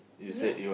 you